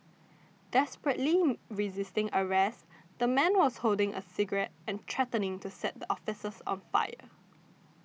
desperately resisting arrest the man was holding a cigarette and threatening to set the officers on fire